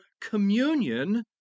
communion